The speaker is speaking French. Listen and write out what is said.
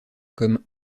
comme